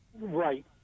Right